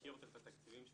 מכיר יותר את התקציבים שלו,